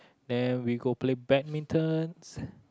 then we go play badmintons